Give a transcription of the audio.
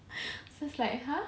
so it's like !huh!